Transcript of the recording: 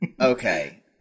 Okay